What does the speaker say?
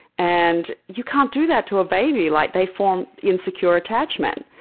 and you can't do that to a baby. like they form insecure attachment.